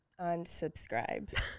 Unsubscribe